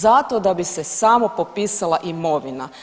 Zato da bi se samo popisala imovina.